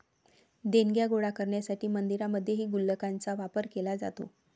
देणग्या गोळा करण्यासाठी मंदिरांमध्येही गुल्लकांचा वापर केला जातो